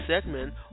segment